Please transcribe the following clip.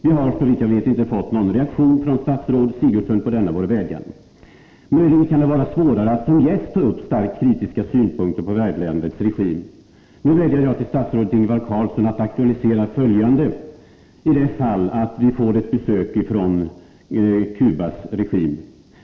Vi har såvitt jag vet inte fått någon reaktion från statsrådet Gertrud Sigurdsen på denna vår vädjan. Möjligen kan det vara svårare att som gäst ta upp starkt kritiska synpunkter på värdlandets regim. Nu vädjar jag till statsrådet Ingvar Carlsson att aktualisera följande ifall vi får besök av en representant för Cubas regim.